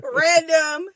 random